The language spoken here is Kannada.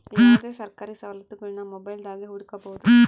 ಯಾವುದೇ ಸರ್ಕಾರಿ ಸವಲತ್ತುಗುಳ್ನ ಮೊಬೈಲ್ದಾಗೆ ಹುಡುಕಬೊದು